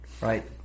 right